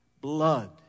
blood